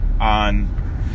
on